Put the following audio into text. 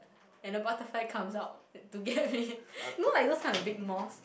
and a butterfly comes out to get me you know those kind like big moths